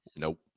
Nope